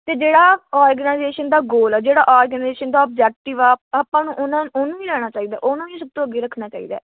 ਅਤੇ ਜਿਹੜਾ ਔਰਗਨਾਈਜੇਸ਼ਨ ਦਾ ਗੋਲ ਆ ਜਿਹੜਾ ਆਰਗਨਾਈਜੇਸ਼ਨ ਦਾ ਓਬਜੈਕਟਿਵ ਆ ਆਪਾਂ ਨੂੰ ਉਹਨਾਂ ਉਹਨੂੰ ਵੀ ਲੈਣਾ ਚਾਹੀਦਾ ਉਹਨੂੰ ਵੀ ਸਭ ਤੋਂ ਅੱਗੇ ਰੱਖਣਾ ਚਾਹੀਦਾ